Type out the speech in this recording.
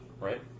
right